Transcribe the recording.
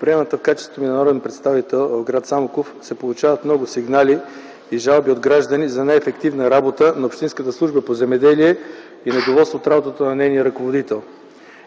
приемната в качеството ми на народен представител в гр. Самоков се получават много сигнали и жалби на граждани за неефективна работа на Общинската служба по земеделие и на недоволство от работата на нейния ръководител.